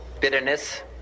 bitterness